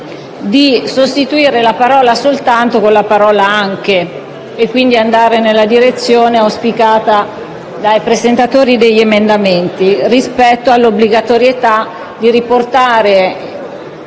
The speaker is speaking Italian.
di sostituire la parola "soltanto" con la parola "anche" e quindi andare nella direzione auspicata dai presentatori degli emendamenti rispetto all'obbligatorietà di riportare,